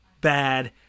bad